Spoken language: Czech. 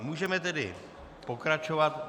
Můžeme tedy pokračovat.